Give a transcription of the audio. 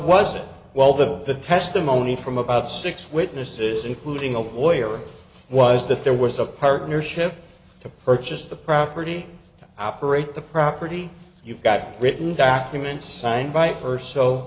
was it well the the testimony from about six witnesses including a lawyer was that there was a partnership to purchase the property operate the property you've got a written document signed by